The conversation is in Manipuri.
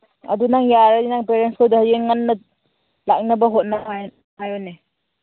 ꯑꯗꯨ ꯅꯪ ꯌꯥꯔꯗꯤ ꯅꯪ ꯄꯦꯔꯦꯟꯁ ꯈꯣꯏꯗ ꯍꯌꯦꯡ ꯉꯟꯅ ꯂꯥꯛꯅꯕ ꯍꯣꯠꯅꯧ ꯍꯥꯏꯌꯣꯅꯦ